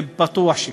זה בטוח שכן.